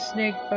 Snake